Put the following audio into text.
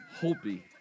Holtby